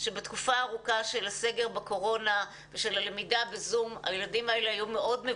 שבתקופה הארוכה של הסגר בקורונה ושל הלמידה בזום הילדים האלה היו מאוד,